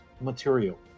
material